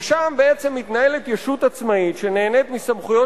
ששם בעצם מתנהלת ישות עצמאית שנהנית מסמכויות